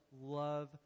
love